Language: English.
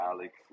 Alex